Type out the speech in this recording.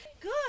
Good